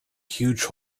huge